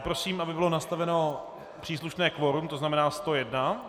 Prosím, aby bylo nastaveno příslušné kvorum, tzn. 101.